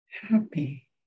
happy